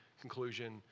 conclusion